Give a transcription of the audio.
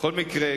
בכל מקרה,